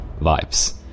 vibes